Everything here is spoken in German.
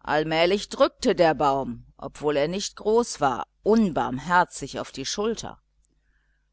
allmählich drückte der baum obwohl er nicht groß war unbarmherzig auf die schulter